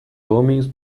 homens